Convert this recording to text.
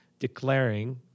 Declaring